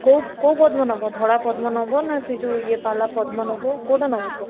କେଉଁ କେଉଁ ପଦ୍ମ ନବ ଧଳା ପଦ୍ମ ନବ ନା ସେ ଯେଉଁ ଇଏ ବାଲା ପଦ୍ମ ନବ କେଉଁଟା ନବ କୁହ